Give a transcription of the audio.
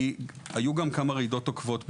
היו גם כמה רעידות עוקבות בישראל,